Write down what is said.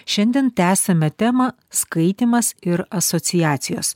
šiandien tęsiame temą skaitymas ir asociacijos